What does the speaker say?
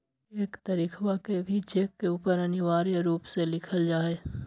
एक तारीखवा के भी चेक के ऊपर अनिवार्य रूप से लिखल जाहई